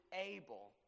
able